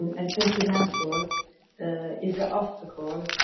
and, and sentimental is a obstacle.